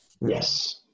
Yes